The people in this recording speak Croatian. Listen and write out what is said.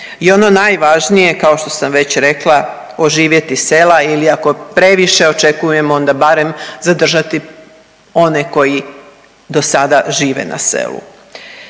I ono najvažnije kao što sam već rekla oživjeti sela ili ako previše očekujemo onda barem zadržati one koji do sada žive na selu.